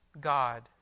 God